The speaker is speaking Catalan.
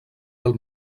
del